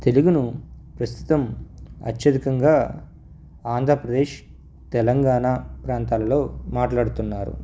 తెలుగును ప్రస్తుతం అత్యధికంగా ఆంధ్రప్రదేశ్ తెలంగాణ ప్రాంతాలలో మాట్లాడుతున్నారు